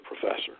professor